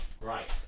right